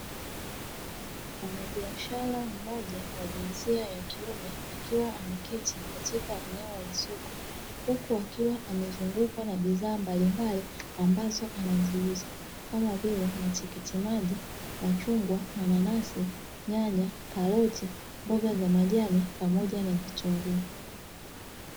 Mfanyabiashara mmoja wa kiume akiwa ameketi katika eneo la soko, huku akiwa amezungukwa na bidhaa mbalimbali ambazo anaziuza, kama vile: matikiti maji, machungwa, mananasi, nyanya, karoti, mboga za majani pamoja na vitunguu.